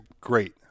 great